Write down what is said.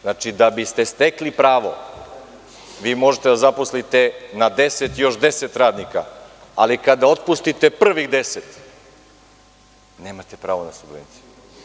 Znači, da biste stekli pravo, možete da zaposlite na 10 još 10 radnika, ali kada otpustite prvih 10, nemate pravo na subvencije.